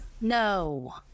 No